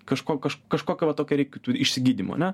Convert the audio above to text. kažko kaž kažkokio va tokio reiktų išsigydymo ane